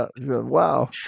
wow